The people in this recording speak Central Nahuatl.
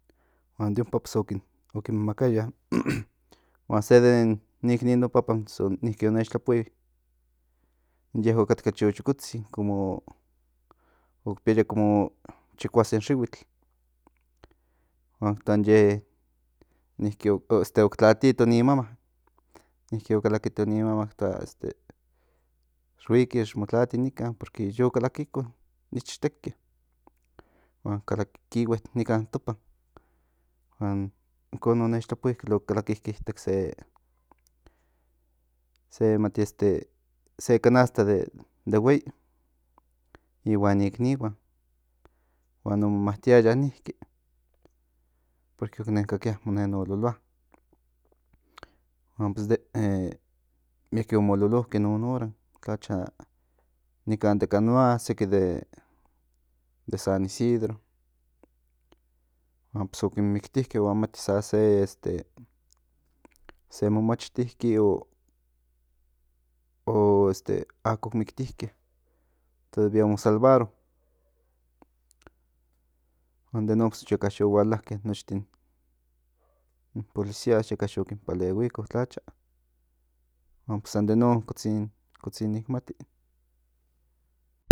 Huan de ompa o kin makaya huan se den ikanin no papan o nech tlapui in ye o katka chochokotzin como okpiaya como chikuasen yihuitl huan ki toa in ye octlatitonin ni mamá niki o kalakito ni mamá niki toa huiki xi mo tlati nikan porque yo kalakito in ichteke huan kalakikihue nikan topan huan inkon o nech tlapui kilno kalakike ipan se mati se canasta de huei ihuan nik iknihuan huan o mo matiaya niki porque oc kikakia mo nen ololoa huan mieke o mo ololoke mieke in non oran tlacha nikan seki de canoa seki de san isidro huan o kin miktike huan mati sa se momachtiki o este ako o ki miktike todavía o mo salvaro huan den non yeka yo hualake nochtin in policías yeka yo kin palehuiko tlacha huan san den non kotsin nik mati